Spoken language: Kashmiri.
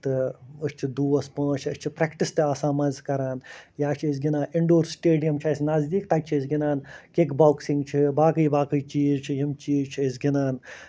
تہٕ أسۍ چھِ دوس پانٛژھ شےٚ أسۍ چھِ پرٛٮ۪کٹِس تہِ مَنزِٕ کران یا چھِ أسۍ گِنٛدان اِنڈور سِٹیڈِیَم چھُ اَسہِ نَزدیٖک تَتہِ چھِ أسۍ گِندان کِک بۄکسِنگ چھِ باقٕے باقٕے چیٖز چھِ یِم چیٖز چھِ أسۍ گِندان